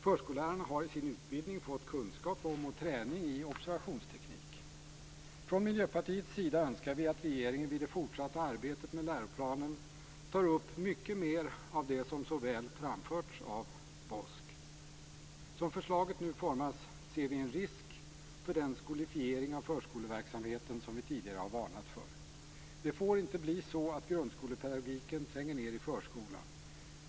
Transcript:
Förskollärare har i sin utbildning fått kunskap om och träning i observationsteknik. Från Miljöpartiets sida önskar vi att regeringen vid det fortsatta arbetet med läroplanen tar upp mycket mer av det som så väl framförts av BOSK. Som förslaget nu utformats ser vi en risk för den skolifiering av förskoleverksamheten som vi tidigare varnat för. Det får inte bli så att grundskolepedagogiken tränger ned i förskolan.